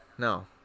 no